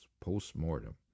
Post-mortem